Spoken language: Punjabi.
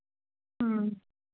ਹੂੰ